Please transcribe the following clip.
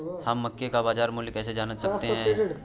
हम मक्के का बाजार मूल्य कैसे जान सकते हैं?